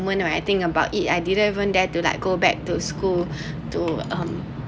when I think about it I didn't even dare to like go back to school to um